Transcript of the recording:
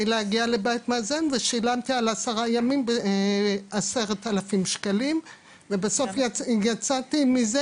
להגיע לבית מאזן ושילמתי על עשרה ימים 10,000 שקלים ובסוף יצאתי מזה,